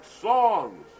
songs